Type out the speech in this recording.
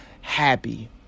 happy